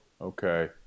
okay